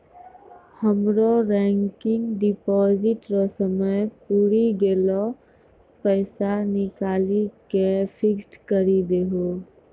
हमरो recurring deposit रो समय पुरी गेलै पैसा निकालि के फिक्स्ड करी दहो